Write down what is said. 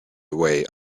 away